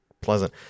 pleasant